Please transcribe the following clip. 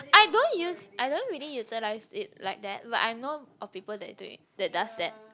I don't use I don't really utilize it like that but I know of people that do it that does that